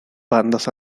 bandas